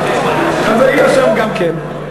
אז היית שם גם כן.